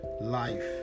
life